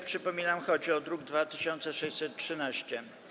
Przypominam, chodzi o druk nr 2613.